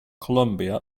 colombia